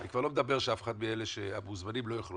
אני כבר לא מדבר על זה שאף אחד מהמוזמנים לא יוכלו